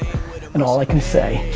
and all i can say,